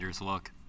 look